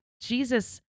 Jesus